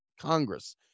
Congress